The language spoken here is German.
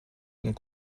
und